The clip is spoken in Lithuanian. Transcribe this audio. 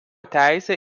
teisę